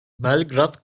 belgrad